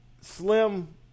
Slim